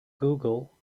google